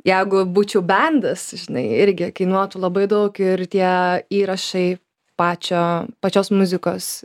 jeigu būčiau bendas žinai irgi kainuotų labai daug ir tie įrašai pačio pačios muzikos